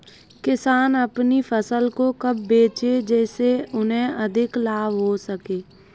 किसान अपनी फसल को कब बेचे जिसे उन्हें अधिक लाभ हो सके?